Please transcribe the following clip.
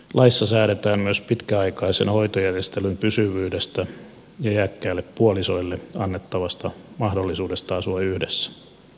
laissa säädetään myös pitkäaikaisen hoitojärjestelyn pysyvyydestä ja iäkkäille puolisoille annettavasta mahdollisuudesta asua yhdessä